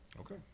Okay